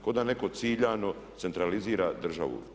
Kao da netko ciljano centralizira državu.